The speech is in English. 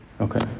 Okay